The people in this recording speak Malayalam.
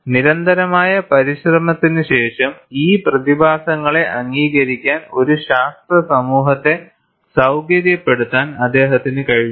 നിരന്തരമായ പരിശ്രമത്തിനുശേഷം ഈ പ്രതിഭാസങ്ങളെ അംഗീകരിക്കാൻ ഒരു ശാസ്ത്ര സമൂഹത്തെ സൌകര്യപ്പെടുത്താൻ അദ്ദേഹത്തിന് കഴിഞ്ഞു